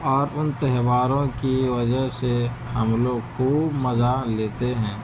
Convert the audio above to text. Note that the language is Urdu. اور ان تہواروں کی وجہ سے ہم لوگ خوب مزہ لیتے ہیں